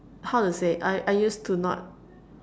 how to say I I used to not